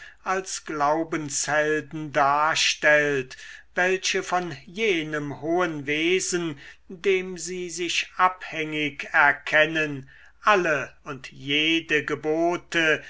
als glaubenshelden darstellt welche von jenem hohen wesen dem sie sich abhängig erkennen alle und jede gebote